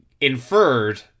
inferred